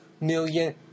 million